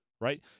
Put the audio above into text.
right